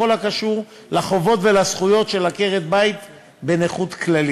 בכל הקשור לחובות ולזכויות של עקרת-בית בנכות כללית.